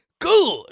Good